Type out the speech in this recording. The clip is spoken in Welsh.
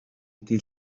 dydd